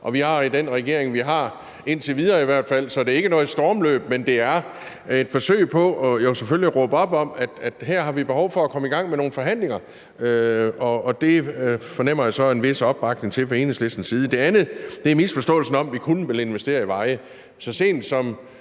– har den regering, vi har, så det er ikke noget stormløb, men det er selvfølgelig et forsøg på at råbe op om, at vi her har behov for at komme i gang med nogle forhandlinger, og det fornemmer jeg så en vis opbakning til fra Enhedslistens side. For det andet er der misforståelsen om, at vi kun vil investere i veje. Så sent som